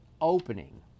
opening